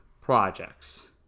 projects